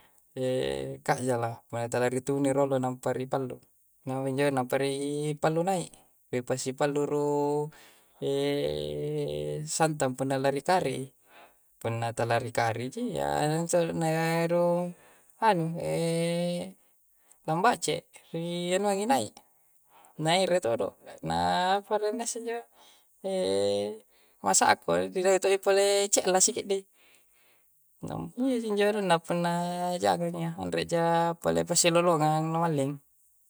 Ekajjala punna talaritunu rolo lampa ri pallu. Maing injo nampa ri pallu nai', ni pasipallu rung santang punna la ri kari'i. Punna tala ri kari ji yya na rung anu lambace' rianuangi nai', na ere todo', na aparennasse injo? masako. Ni dahu todo'i pole ce'la sikiddi'. Iya ji njo anunna punna jangngang iyya, anre'ja pole pasilolongang nu malling.